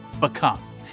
become